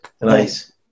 Nice